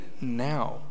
now